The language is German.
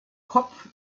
kopf